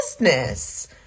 business